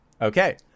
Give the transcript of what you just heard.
Okay